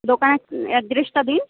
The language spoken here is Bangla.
দোকানের অ্যাড্রেসটা দিন